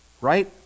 right